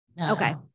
Okay